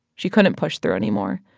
she couldn't push through anymore.